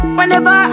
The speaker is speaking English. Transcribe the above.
Whenever